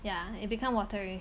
yeah it become watery